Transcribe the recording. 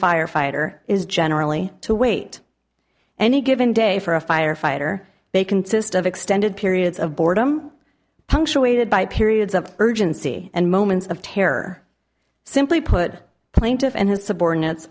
firefighter is generally to wait any given day for a firefighter they consist of extended periods of boredom punctuated by periods of urgency and moments of terror simply put plaintiff and his subordinates